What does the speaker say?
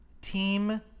team